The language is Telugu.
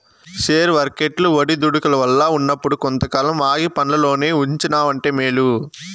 షేర్ వర్కెట్లు ఒడిదుడుకుల్ల ఉన్నప్పుడు కొంతకాలం ఆగి పండ్లల్లోనే ఉంచినావంటే మేలు